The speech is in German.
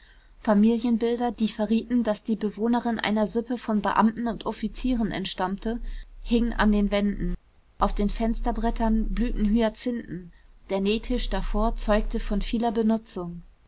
familienbilder die verrieten daß die bewohnerin einer sippe von beamten und offizieren entstammte hingen an den wänden auf den fensterbrettern blühten hyazinthen der nähtisch davor zeugte von vieler benutzung